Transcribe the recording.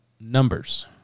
numbers